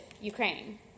Ukraine